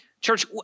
Church